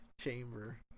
chamber